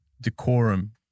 decorum